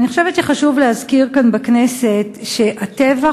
אני חושבת שחשוב להזכיר כאן בכנסת שהטבח